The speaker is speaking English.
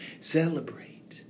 Celebrate